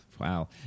Wow